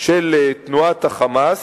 של תנועת ה"חמאס",